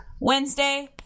wednesday